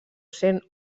sent